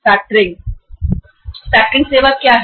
factor क्या है factoring सेवा क्या है